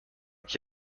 qui